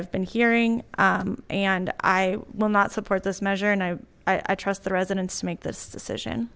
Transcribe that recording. i've been hearing and i will not support this measure and i i trust the president's make this decision